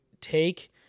take